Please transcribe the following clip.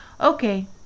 Okay